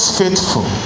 faithful